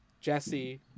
Jesse